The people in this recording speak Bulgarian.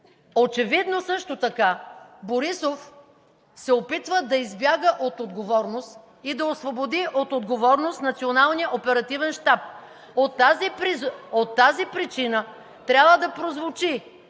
Очевидно също така Борисов се опитва да избяга от отговорност и да освободи от отговорност Националния оперативен щаб. По тази причина трябва да прозвучи,